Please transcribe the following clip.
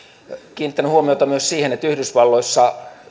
kiinnittänyt huomiota myös siihen että yhdysvalloissa